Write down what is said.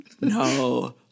no